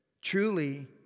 truly